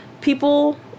people